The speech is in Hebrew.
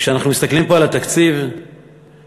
וכשאנחנו מסתכלים פה על התקציב ורואים